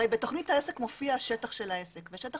הרי בתוכנית העסק מופיע שטח העסק ושטח